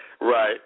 Right